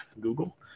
Google